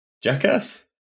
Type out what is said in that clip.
Jackass